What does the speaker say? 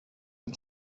and